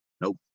Nope